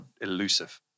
elusive